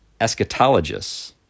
eschatologists